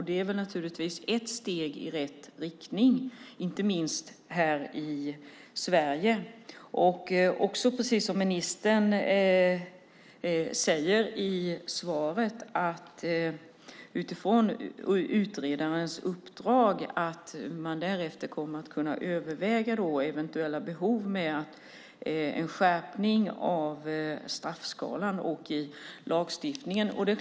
Det är naturligtvis ett steg i rätt riktning, inte minst här i Sverige. Precis som ministern säger i svaret kommer man sedan utredaren har utfört sitt uppdrag att utifrån det resultatet kunna överväga eventuella behov av en skärpning av straffskalan och lagstiftningen.